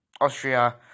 Austria